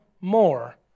more